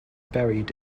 buried